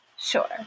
Sure